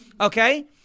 okay